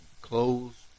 clothes